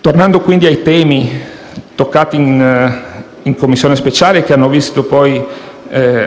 Tornando, quindi, ai temi toccati in Commissione speciale, che hanno visto poi